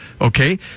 okay